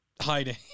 hiding